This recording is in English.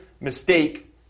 mistake